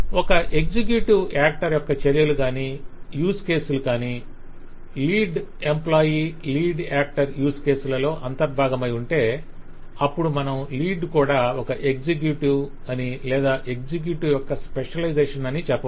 ఒక executive actor యొక్క చర్యలుగాని యూస్ కేసులు కానీ lead employee lead actor use కేసులలో అంతర్భాగమై ఉంటే అప్పుడు మనం లీడ్ కూడా ఒక ఎగ్జిక్యూటివ్ అని లేదా ఎగ్జిక్యూటివ్ యొక్క స్పెషలైజేషన్ అని చెప్పవచ్చు